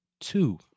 two